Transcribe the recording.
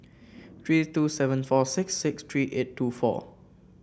three two seven four six six three eight two four